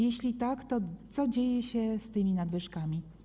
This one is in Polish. Jeśli tak, to co dzieje się z tymi nadwyżkami?